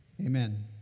amen